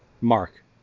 Mark